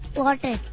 water